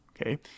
okay